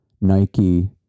Nike